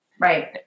Right